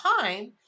time